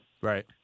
Right